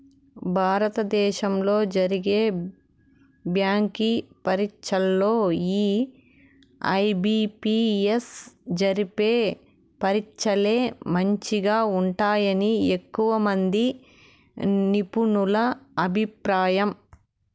భారత దేశంలో జరిగే బ్యాంకి పరీచ్చల్లో ఈ ఐ.బి.పి.ఎస్ జరిపే పరీచ్చలే మంచిగా ఉంటాయని ఎక్కువమంది నిపునుల అభిప్రాయం